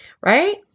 right